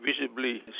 visibly